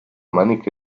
maniche